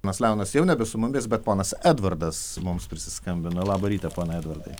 nors leonas jau nebe su mumis bet ponas edvardas mums prisiskambino labą rytą pone edvardai